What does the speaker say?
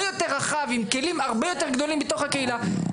יותר רחב עם כלים הרבה יותר גדולים בתוך הקהילה,